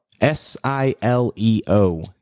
S-I-L-E-O